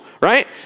right